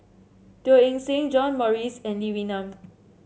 Teo Eng Seng John Morrice and Lee Wee Nam